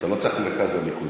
אתה לא צריך את מרכז הליכוד,